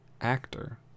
actor